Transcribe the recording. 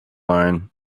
line